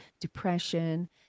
depression